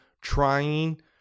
trying